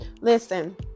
Listen